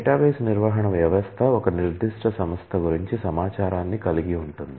database నిర్వహణ వ్యవస్థ ఒక నిర్దిష్ట సంస్థ గురించి సమాచారాన్ని కలిగి ఉంటుంది